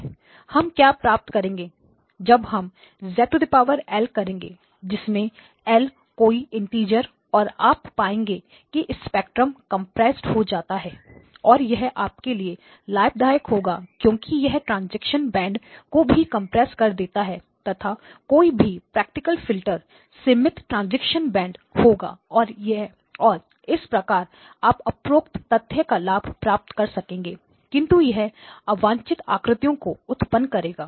हम क्या प्राप्त करेंगे जब हम zL करेंगे जिसमें L कोई इंटिजर और आप पाएंगे कि स्पेक्ट्रम कंप्रेस हो जाता है और यह आपके लिए लाभदायक होगा क्योंकि यह ट्रांजैक्शन बैंड को भी कंप्रेस कर देगा तथा कोई भी प्रैक्टिकल फिल्टर सीमित ट्रांजैक्शन बैंड होगा और इस प्रकार आप उपरोक्त तथ्य का लाभ प्राप्त कर सकेंगे किंतु यह अवांछित आकृतियों को उत्पन्न करेगा